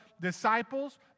disciples